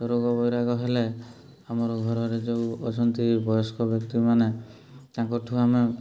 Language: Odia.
ରୋଗ ବୈରାଗ ହେଲେ ଆମର ଘରରେ ଯେଉଁ ଅଛନ୍ତି ବୟସ୍କ ବ୍ୟକ୍ତିମାନେ ତାଙ୍କଠୁ ଆମେ